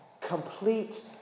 complete